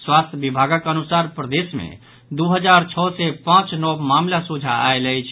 स्वास्थ्य विभागक अनुसार प्रदेश मे दू हजार छओ सय पांच नव मामिला सोझा आयल अछि